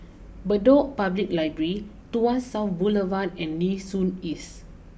Bedok Public library Tuas South Boulevard and Nee Soon East